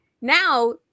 now